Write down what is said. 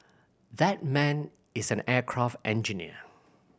that man is an aircraft engineer